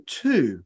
two